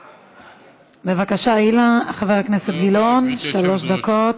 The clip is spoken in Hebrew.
בבקשה, חבר הכנסת גילאון, שלוש דקות.